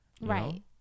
right